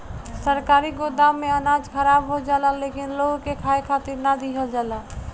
सरकारी गोदाम में अनाज खराब हो जाला लेकिन लोग के खाए खातिर ना दिहल जाला